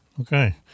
okay